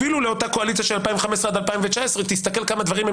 אפילו לאותה קואליציה של 2015 עד 2019. תסתכל כמה דברים הם